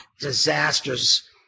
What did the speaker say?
disasters